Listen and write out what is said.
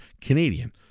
Canadian